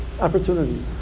opportunity